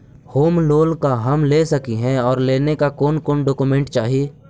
Home loan का हम ले सकली हे, और लेने ला कोन कोन डोकोमेंट चाही?